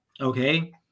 okay